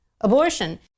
abortion